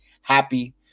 happy